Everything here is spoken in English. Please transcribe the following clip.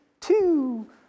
two